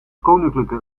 koninklijke